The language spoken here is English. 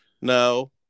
No